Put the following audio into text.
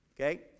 Okay